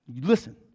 Listen